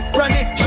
running